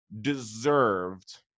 deserved